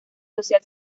social